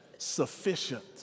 Sufficient